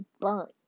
burnt